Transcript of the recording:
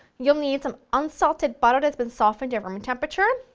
you'll need some unsalted butter that's been softened at room temperature,